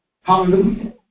Hallelujah